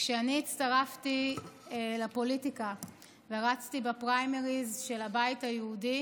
כשאני הצטרפתי לפוליטיקה ורצתי בפריימריז של הבית היהודי